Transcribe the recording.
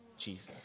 jesus